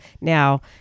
now